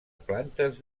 plantes